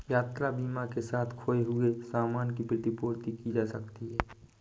यात्रा बीमा के साथ खोए हुए सामान की प्रतिपूर्ति की जा सकती है